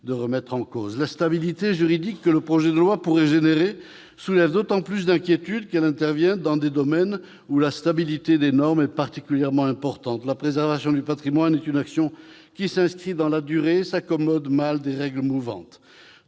de remettre en cause. L'instabilité juridique que le projet de loi pourrait générer soulève d'autant plus d'inquiétudes qu'elle intervient dans des domaines où la stabilité des normes est particulièrement importante. La préservation du patrimoine est une action qui s'inscrit dans la durée et s'accommode mal des règles mouvantes.